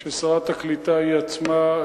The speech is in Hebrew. ששרת הקליטה היא עצמה,